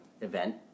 event